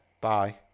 Bye